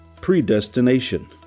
predestination